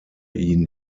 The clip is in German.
ihn